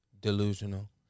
delusional